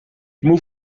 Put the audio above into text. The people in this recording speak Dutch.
moe